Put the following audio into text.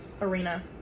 arena